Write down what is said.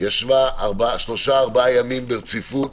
ישבה שלושה-ארבעה ימים ברציפות